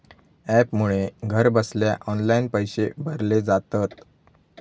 ॲपमुळे घरबसल्या ऑनलाईन पैशे भरले जातत